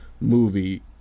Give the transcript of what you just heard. movie